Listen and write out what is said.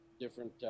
different